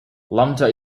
lambda